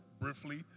briefly